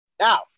Now